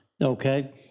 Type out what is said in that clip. okay